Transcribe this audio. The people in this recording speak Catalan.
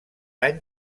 any